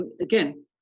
again